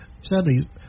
sadly